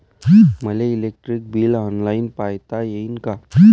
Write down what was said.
मले electric bill online पायता येईन का?